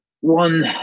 one